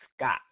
Scott